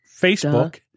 Facebook